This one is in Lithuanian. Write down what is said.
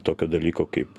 tokio dalyko kaip